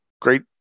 Great